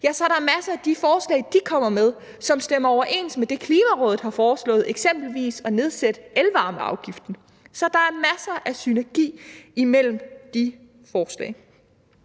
– er der masser af de forslag, de kommer med, som stemmer overens med det, Klimarådet har foreslået, eksempelvis at nedsætte elvarmeafgiften. Så der er masser af synergi imellem de forslag.